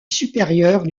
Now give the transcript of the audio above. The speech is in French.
supérieure